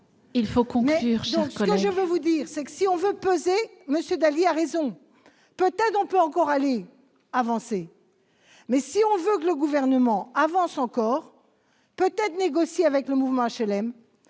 Il faut conclure, mon cher collègue.